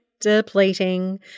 depleting